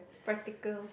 practical